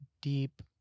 deep